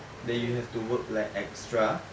then you have to work like extra to reach